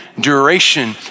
duration